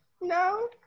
No